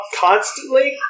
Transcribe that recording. constantly